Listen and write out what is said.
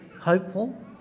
hopeful